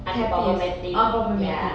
unproblematic ya